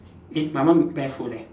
eh my one barefoot leh